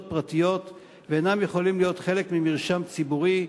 פרטיות ואינם יכולים להיות חלק ממרשם ציבורי,